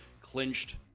clinched